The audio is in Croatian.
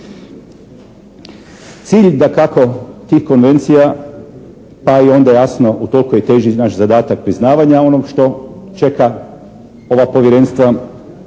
Cilj dakako tih konvencija pa i onda jasno utoliko je teži naš zadatak priznavanja onog što čeka ova povjerenstva